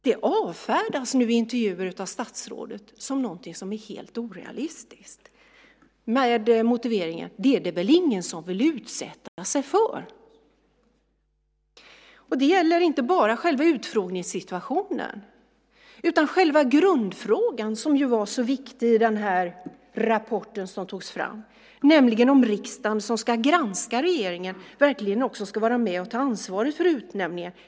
Det avfärdas nu i intervjuer av statsrådet som någonting som är helt orealistiskt med motiveringen att det väl inte är någonting som någon vill utsätta sig för. Det gäller inte bara själva utfrågningssituationen utan själva grundfrågan som var så viktig i den rapport som togs fram, nämligen om riksdagen som ska granska regeringen verkligen också ska vara med och ta ansvaret för utnämningen.